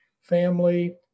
family